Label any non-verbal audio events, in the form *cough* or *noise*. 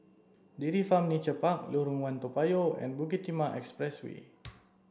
Dairy Farm Nature Park Lorong One Toa Payoh and Bukit Timah Expressway *noise*